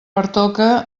pertoca